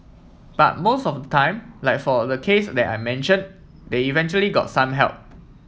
but most of time like for the case that I mention they eventually got some help